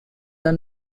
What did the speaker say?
the